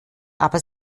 aber